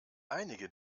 einige